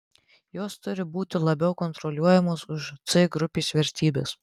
jos turi būti labiau kontroliuojamos už c grupės vertybes